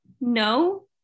No